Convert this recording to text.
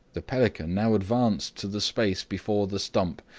the pelican now advanced to the space before the stump,